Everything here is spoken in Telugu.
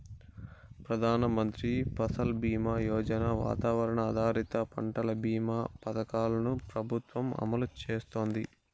ప్రధాన మంత్రి ఫసల్ బీమా యోజన, వాతావరణ ఆధారిత పంటల భీమా పథకాలను ప్రభుత్వం అమలు చేస్తాంది